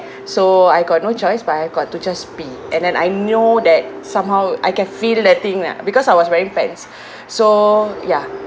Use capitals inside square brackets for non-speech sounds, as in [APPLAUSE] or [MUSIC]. so I got no choice but I have got to just pee and then I know that somehow I can feel that thing ah because I was wearing pants [BREATH] so ya